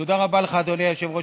תודה רבה לך, אדוני היושב-ראש.